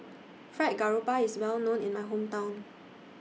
Fried Garoupa IS Well known in My Hometown